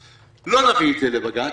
לבג"ץ,